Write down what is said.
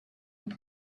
and